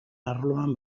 arloan